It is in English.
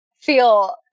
feel